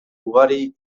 ugari